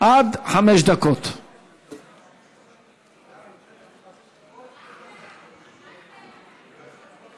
עמדה בכתב לעניין מכלול התשתית הראייתית),